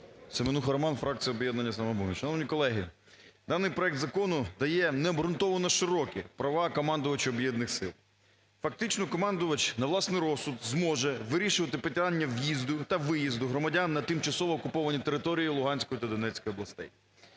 Семенуха Роман, фракція "Об'єднання "Самопоміч". Шановні колеги, даний проект закону дає необґрунтовано широкі права командувачу об'єднаних сил. Фактично командувач на власний розсуд зможе вирішувати питання в'їзду та виїзду громадян на тимчасово окуповані території Луганської та Донецької областей.